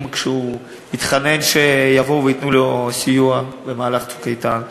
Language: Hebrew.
כשהוא התחנן שיבואו וייתנו לו סיוע במהלך "צוק איתן".